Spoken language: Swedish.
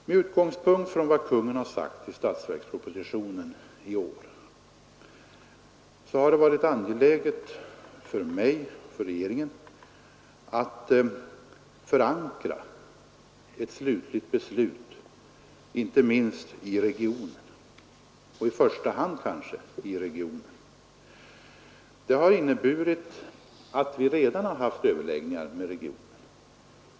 Med utgångspunkt från vad Kungl. Maj:t har sagt i statsverkspropositionen i år har det varit angeläget för mig och för regeringen att förankra ett slutligt beslut inte minst i regionen — och kanske i första hand i regionen. Det har inneburit att vi redan har haft överläggningar med regionen.